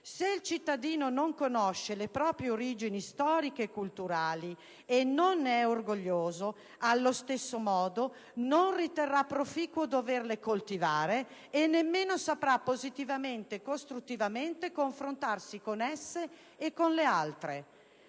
Se il cittadino non conosce le proprie origine storiche e culturali e non ne è orgoglioso, allo stesso modo non riterrà proficuo doverle coltivare e nemmeno saprà positivamente e costruttivamente confrontarsi con esse e con le altre.